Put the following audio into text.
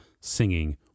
singing